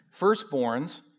Firstborns